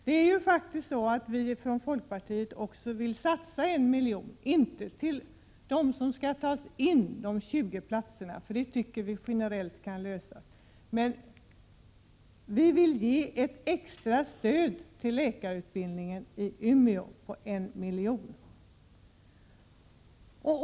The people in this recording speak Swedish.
Det är faktiskt på det sättet att vi från folkpartiet vill satsa 1 milj.kr. där. Vi vill inte satsa dessa pengar för dem som skall tas in till de 20 platser som finns, för det tycker vi generellt kan lösas, men vi vill ge ett extra stöd till läkarutbildningen i Umeå på 1 milj.kr.